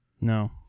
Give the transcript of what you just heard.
No